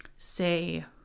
Say